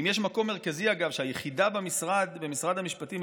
אם יש מקום מרכזי אגב שהיחידה במשרד המשפטים,